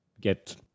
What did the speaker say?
get